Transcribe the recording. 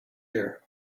year